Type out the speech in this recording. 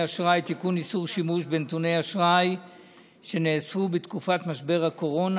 שימוש בנתוני אשראי שנאספו בתקופת משבר הקורונה),